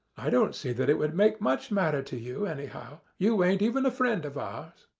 i don't see that it would make much matter to you, anyhow. you ain't even a friend of ours.